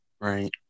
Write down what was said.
right